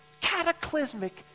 cataclysmic